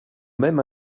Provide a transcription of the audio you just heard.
même